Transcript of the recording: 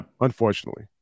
unfortunately